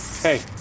Hey